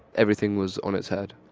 everything was on its head,